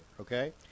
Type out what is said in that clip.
okay